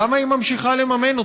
למה היא ממשיכה לממן אותו?